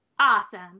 awesome